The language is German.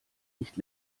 nicht